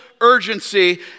urgency